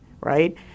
right